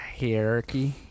hierarchy